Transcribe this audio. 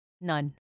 None